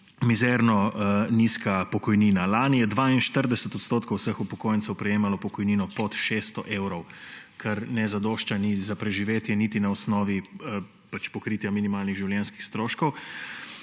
mizerno nizka pokojnina. Lani je 42 odstotkov vseh upokojencev prejemalo pokojnino pod 600 evrov, kar ne zadošča niti za preživetje niti na osnovi pokritja minimalnih življenjskih stroškov.